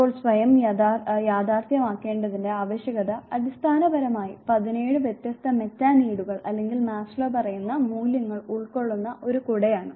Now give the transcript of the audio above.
ഇപ്പോൾ സ്വയം യാഥാർത്ഥ്യമാക്കേണ്ടതിന്റെ ആവശ്യകത അടിസ്ഥാനപരമായി പതിനേഴു വ്യത്യസ്ത മെറ്റാനീഡുകൾ അല്ലെങ്കിൽ മാസ്ലോ പറയുന്ന മൂല്യങ്ങൾ ഉൾക്കൊള്ളുന്ന ഒരു കുടയാണ്